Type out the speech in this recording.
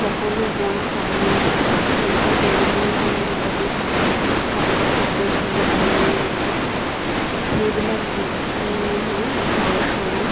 সকলো বওঁ আৰু সেনেকে বৈ বৈ মই বহুত পাছত পাকৈত হ'লোঁ আৰু সেইবিলাক বিকি মই ঘৰ চলাওঁ